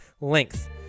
length